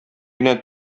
генә